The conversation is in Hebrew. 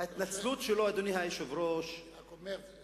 ההתנצלות שלו, אדוני היושב-ראש, אני רק אומר.